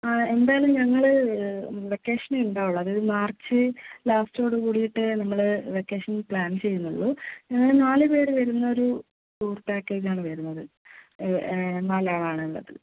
ആ എന്തായാലും ഞങ്ങൾ വെക്കേഷനേ ഉണ്ടാവുള്ളൂ അതായത് മാർച്ച് ലാസ്റ്റോടുകൂടിയിട്ടേ നമ്മൾ വെക്കേഷൻ പ്ലാൻ ചെയ്യുന്നുള്ളൂ ഞങ്ങൾ നാല് പേർ വരുന്നൊരു ടൂർ പാക്കേജ് ആണ് വരുന്നത് നാലാളാണ് ഉള്ളത്